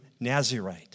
Nazirite